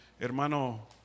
hermano